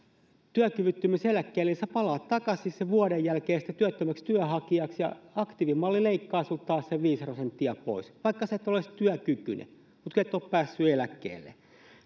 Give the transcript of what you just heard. työkyvyttömyyseläkkeelle niin palaat takaisin sen vuoden jälkeen sitten työttömäksi työnhakijaksi ja aktiivimalli leikkaa sinulta taas sen viisi prosenttia pois vaikka et ole edes työkykyinen mutta kun et ole päässyt eläkkeelle